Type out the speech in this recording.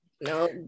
no